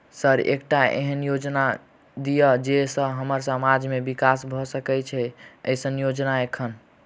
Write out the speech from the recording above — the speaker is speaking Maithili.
सर एकटा एहन योजना दिय जै सऽ हम्मर समाज मे विकास भऽ सकै छैय एईसन योजना एखन?